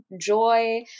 joy